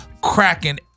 Cracking